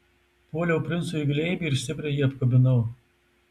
puoliau princui į glėbį ir stipriai jį apkabinau